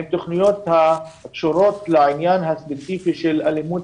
אלה תכניות שקשורות לעניין הספציפי של אלימות